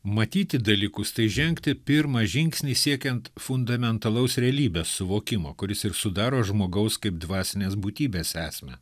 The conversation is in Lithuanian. matyti dalykus tai žengti pirmą žingsnį siekiant fundamentalaus realybės suvokimo kuris ir sudaro žmogaus kaip dvasinės būtybės esmę